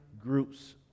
groups